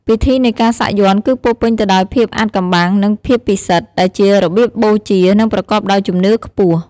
ពិធីនៃការសាក់យ័ន្តគឺពោរពេញទៅដោយភាពអាថ៌កំបាំង និងភាពពិសិដ្ឋ ដែលជារបៀបបូជា និងប្រកបដោយជំនឿខ្ពស់។